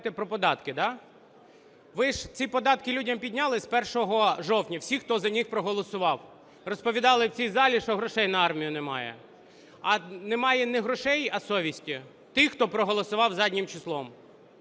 про податки, да. Ви ж ці податки людям підняли з 1 жовтня. Всі, хто за них проголосував, розповідали в цій залі, що грошей на армію немає. А немає не грошей, а совісті тих, хто проголосував заднім числом,